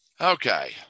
Okay